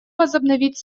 возобновить